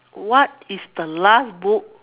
what is the last book